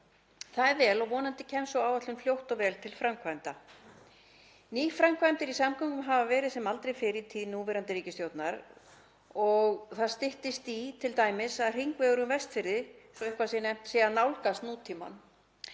Það er vel og vonandi kemst sú áætlun fljótt og vel til framkvæmda. Nýframkvæmdir í samgöngum hafa verið sem aldrei fyrr í tíð núverandi ríkisstjórnar og það styttist t.d. í að hringvegur um Vestfirði, svo að eitthvað sé nefnt, fari að nálgast nútímann.